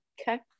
okay